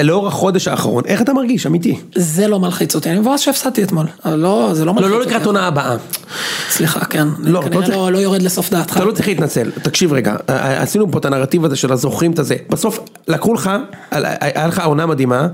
לאור החודש האחרון, איך אתה מרגיש? אמיתי. זה לא מלחיץ אותי, אני מבואס שהפסדתי אתמול. לא, זה לא מלחיץ אותי. לא, לא לקראת עונה הבאה. סליחה, כן. לא יורד לסוף דעתך. אתה לא צריך להתנצל. תקשיב רגע, עשינו פה את הנרטיב הזה של הזוכים, את הזה... בסוף לקחו לך, היה לך עונה מדהימה.